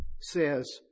says